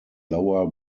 lower